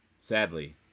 Sadly